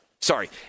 Sorry